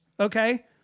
Okay